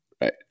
right